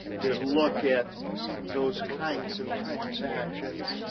to look at those kinds of transactions.